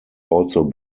also